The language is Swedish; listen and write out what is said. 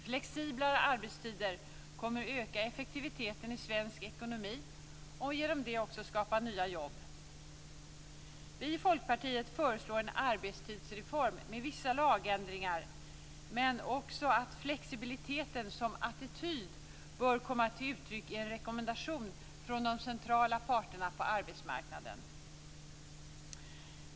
Flexiblare arbetstider kommer att öka effektiviteten i svensk ekonomi och därmed skapa nya jobb. Vi i Folkpartiet föreslår en arbetstidsreform med vissa lagändringar men också att flexibiliteten som attityd bör komma till uttryck i en rekommendation från de centrala parterna på arbetsmarknaden.